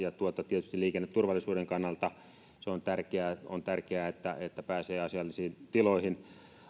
tietysti liikenneturvallisuuden kannalta on tärkeää on tärkeää että että pääsee asiallisiin tiloihin